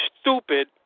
stupid